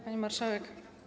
Pani Marszałek!